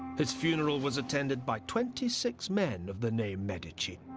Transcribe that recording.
his funeral was attended by twenty six men of the name medici,